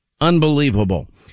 Unbelievable